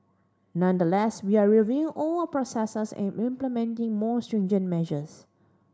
nonetheless we are reviewing all our processes and implementing more stringent measures